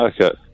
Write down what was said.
Okay